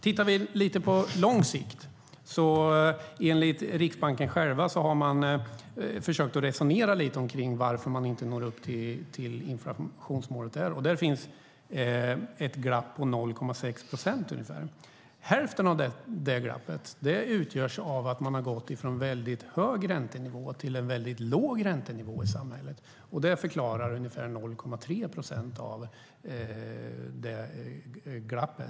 Tittar vi på lång sikt kan vi notera att man enligt Riksbanken själv har försökt att resonera lite kring varför man inte når upp till inflationsmålet. Där finns ett glapp på ungefär 0,6 procent. Hälften av det glappet utgörs av att man har gått från en väldigt hög räntenivå till en väldigt låg räntenivå i samhället. Det förklarar ungefär 0,3 procent av det gapet.